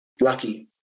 Lucky